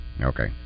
Okay